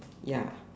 ya